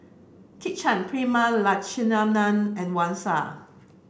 Kit Chan Prema Letchumanan and Wang Sha